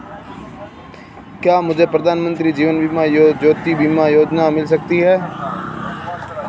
क्या मुझे प्रधानमंत्री जीवन ज्योति बीमा योजना मिल सकती है?